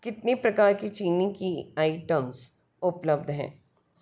कितने प्रकार की चीनी की आइटम्स उपलब्ध हैं